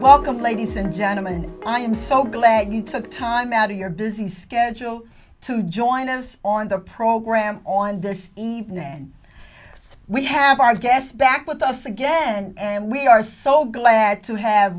welcome ladies and gentlemen i am so glad you took time out of your busy schedule to join us on the program on this evening and we have our guests back with us again and we are so glad to have